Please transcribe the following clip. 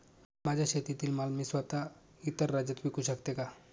माझ्या शेतातील माल मी स्वत: इतर राज्यात विकू शकते का?